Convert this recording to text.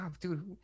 dude